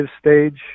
stage